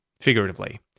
figuratively